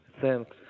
Thanks